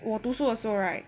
我读书的时候 right